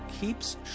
keeps